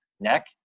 neck